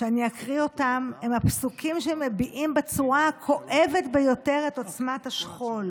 שאני אקריא הם הפסוקים שמביעים בצורה הכואבת ביותר את עוצמת השכול.